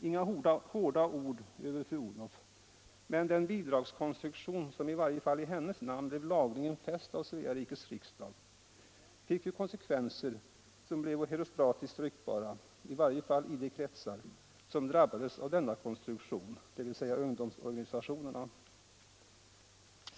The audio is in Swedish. Inga hårda ord över fru Odhnoff, men den bidragskonstruktion som i varje fall i hennes namn blev lagfäst av Svea rikes riksdag fick ju konsekvenser som blev herostratiskt ryktbara, i varje fall i de kretsar som drabbades av denna konstruktion, dvs. ungdomsorganisationerna.